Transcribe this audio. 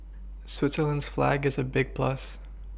Switzerland's flag is a big plus